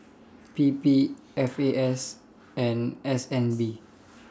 P P F A S and S N B